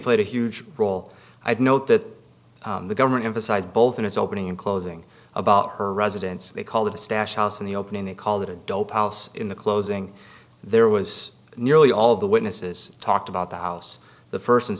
played a huge role i'd note that the government emphasized both in its opening and closing about her residence they called it a stash house in the opening they called it a dope house in the closing there was nearly all of the witnesses talked about the house the first and